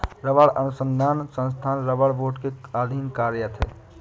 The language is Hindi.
रबड़ अनुसंधान संस्थान रबड़ बोर्ड के अधीन कार्यरत है